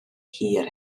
hir